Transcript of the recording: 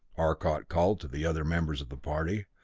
arcot called to the other members of the party.